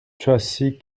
tracy